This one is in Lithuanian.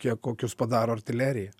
kiek kokius padaro artilerija